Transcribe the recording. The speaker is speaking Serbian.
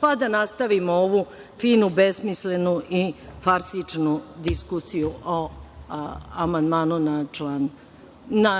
pa da nastavimo ovu finu besmislenu i farsičnu diskusiju o amandmanu na